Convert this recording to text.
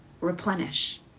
replenish